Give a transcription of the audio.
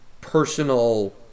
personal